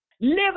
Live